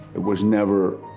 it was never,